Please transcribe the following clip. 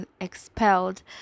expelled